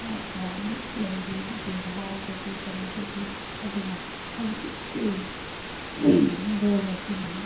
ꯀꯌꯥꯃꯨꯛ ꯂꯩꯔꯤ ꯕꯦꯚꯥꯔꯗꯒꯤ ꯀꯔꯤꯗꯒꯤ ꯑꯗꯨꯅ ꯍꯧꯖꯤꯛꯀꯤ ꯃꯤꯔꯣꯜ ꯑꯁꯤꯅ